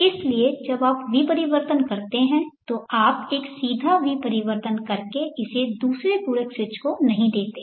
इसलिए जब आप विपरिवर्तन करते हैं तो आप एक सीधा विपरिवर्तन कर के इसे दूसरे पूरक स्विच को नहीं देते हैं